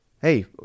hey